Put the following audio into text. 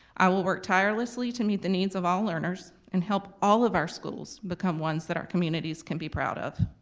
i will work tirelessly to meet the needs of all learners, and help all of our schools schools become ones that our communities can be proud of.